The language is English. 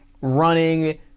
running